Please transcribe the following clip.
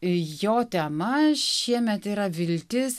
jo tema šiemet yra viltis